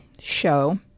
show